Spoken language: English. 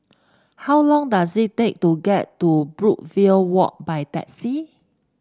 how long does it take to get to Brookvale Walk by taxi